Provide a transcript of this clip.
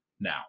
now